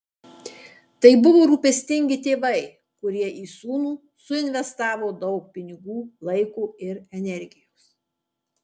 tai buvo rūpestingi tėvai kurie į sūnų suinvestavo daug pinigų laiko ir energijos